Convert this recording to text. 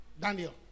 Daniel